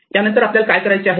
यानंतर आपल्याला काय करायचे आहे